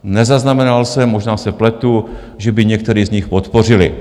Nezaznamenal jsem, možná se pletu, že by některý z nich podpořili.